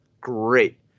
Great